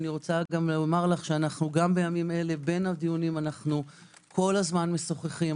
גם בימים אלה בין הדיונים אנו כל הזמן משוחחים,